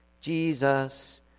Jesus